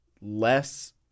less